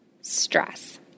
stress